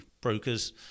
brokers